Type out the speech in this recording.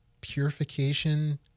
purification